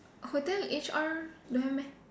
hotel H_R don't have meh